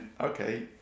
okay